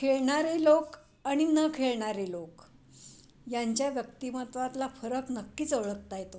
खेळणारे लोक आणि न खेळणारे लोक यांच्या व्यक्तिमत्वातला फरक नक्कीच ओळखता येतो